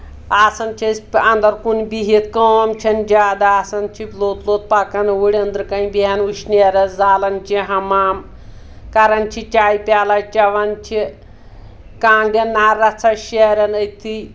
آسان چھِ أسۍ اَنٛدر کُن بِہِتھ کٲم چھےٚ نہٕ زیادٕ آسان چھِ لوٚت لوٚت پکان اوٗرۍ أنٛدرٕ ٔبیٚہن وٕشنیرَس زالان چھِ ہمام کَران چھِ چاے پیالا چؠوان چھِ کانٛگرؠن نارٕ رَژھا شیران أتھی